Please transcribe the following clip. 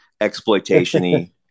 exploitation-y